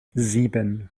sieben